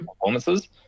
performances